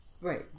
Right